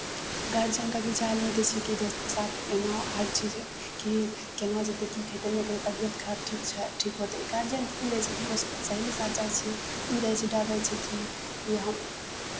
guardian कभी जाय लए नहि दै छै कि दोस्तके साथ एना हरचीज की केना जेतै कि खेतै नहि खेतै तबियत खराब ठीक छै ठीक होतै गार्जियनकेँ ई रहै छै ककरो सहेली साथ जाइ छियै तऽ ई रहै छै डर रहै छै की कि हम